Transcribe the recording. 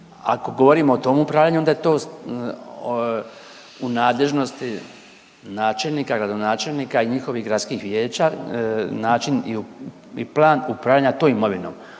Ako govorimo o tom upravljanju onda je to u nadležnosti načelnika, gradonačelnika i njihovih gradskih vijeća način i plan upravljanja tom imovinom.